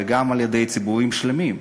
וגם על-ידי ציבורים שלמים.